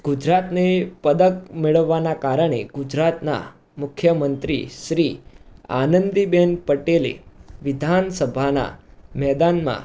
ગુજરાતને પદક મેળવવાના કારણે ગુજરાતના મુખ્યમંત્રી શ્રી આનંદીબેન પટેલે વિધાનસભાના મેદાનમાં